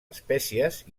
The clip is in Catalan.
espècies